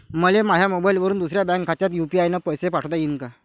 मले माह्या मोबाईलवरून दुसऱ्या बँक खात्यात यू.पी.आय न पैसे पाठोता येईन काय?